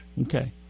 Okay